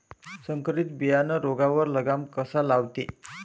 संकरीत बियानं रोगावर लगाम कसा लावते?